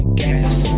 gas